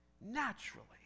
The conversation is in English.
naturally